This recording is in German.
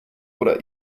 oder